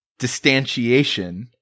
Distantiation